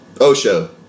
Osho